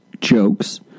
jokes